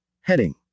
Heading